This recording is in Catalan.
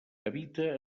habita